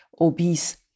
obese